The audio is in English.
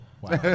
Wow